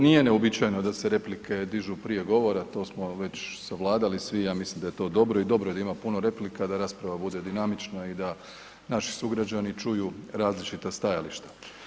Nije neuobičajeno da se replike dižu prije govora, to smo već savladali svi, ja mislim da je to dobro i dobro je da ima puno replika da rasprava bude dinamična i da naši sugrađani čuju različita stajališta.